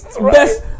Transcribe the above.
best